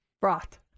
Broth